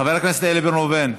חבר הכנסת איל בן ראובן,